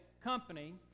company